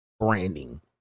branding